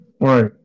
Right